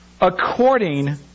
according